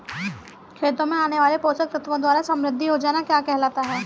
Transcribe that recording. खेतों में आने वाले पोषक तत्वों द्वारा समृद्धि हो जाना क्या कहलाता है?